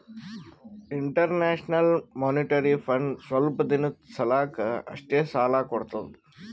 international monetary fund ಸ್ವಲ್ಪ್ ದಿನದ್ ಸಲಾಕ್ ಅಷ್ಟೇ ಸಾಲಾ ಕೊಡ್ತದ್